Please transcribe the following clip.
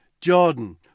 Jordan